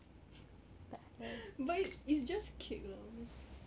but it it's just cake lah honestly